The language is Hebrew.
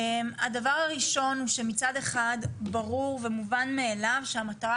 הדבר הראשון הוא שמצד אחד ברור ומובן מאליו שהמטרה